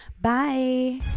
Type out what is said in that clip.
bye